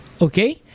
okay